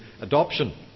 adoption